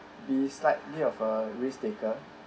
be slightly of a risk taker